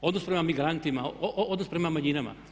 Odnos prema migrantima, odnos prema manjinama.